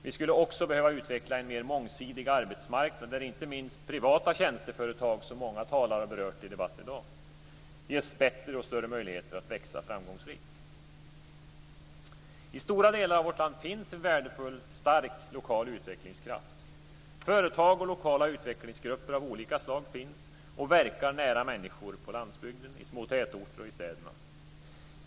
Vi skulle också behöva utveckla en mer mångsidig arbetsmarknad där inte minst privata tjänsteföretag, som många talare har berört i debatten i dag, ges bättre och större möjligheter att växa framgångsrikt. I stora delar av vårt land finns en värdefull stark lokal utvecklingskraft. Företag och lokala utvecklingsgrupper av olika slag finns och verkar nära människor på landsbygden, i små tätorter och i städerna.